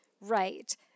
right